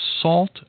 salt